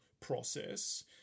process